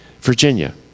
Virginia